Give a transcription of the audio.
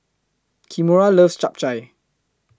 Kimora loves Chap Chai